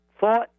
thought